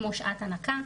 כמו שעת הנקה.